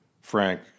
Frank